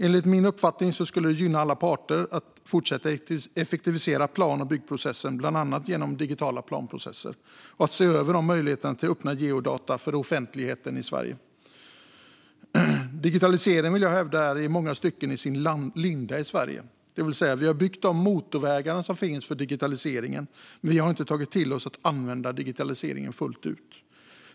Enligt min uppfattning skulle det gynna alla parter att fortsätta effektivisera plan och byggprocessen, bland annat genom digitala planprocesser och genom att se över möjligheten till öppna geodata för offentligheten i Sverige. Jag vill hävda att digitaliseringen i många stycken är i sin linda i Sverige. Vi har byggt motorvägarna för digitaliseringen, men vi har inte tagit till oss att använda digitaliseringen fullt ut.